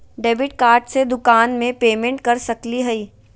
Debit card से दुकान में पेमेंट कर सकली हई?